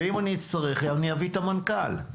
ואם אצטרך אביא את המנכ"ל.